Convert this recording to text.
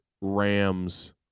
Rams